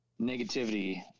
negativity